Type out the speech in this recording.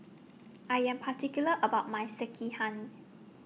I Am particular about My Sekihan